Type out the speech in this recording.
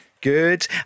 Good